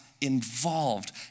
involved